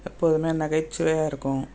எப்போதுமே நகைச்சுவையாக இருக்கும்